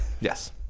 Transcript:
Yes